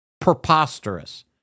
Preposterous